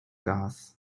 gas